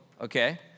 okay